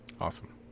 awesome